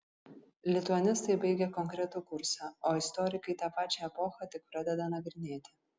lituanistai baigia konkretų kursą o istorikai tą pačią epochą tik pradeda nagrinėti